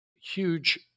huge